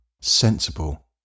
sensible